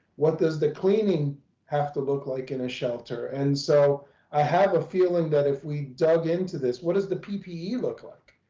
what does the cleaning have to look like in a shelter? and so i have a feeling that if we dug into this, what does the ppe look like?